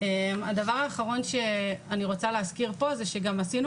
הדבר האחרון שאני רוצה להזכיר פה זה שגם עשינו